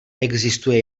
existuje